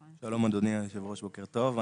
שלום, אדוני יושב הראש, בוקר טוב.